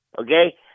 Okay